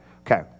Okay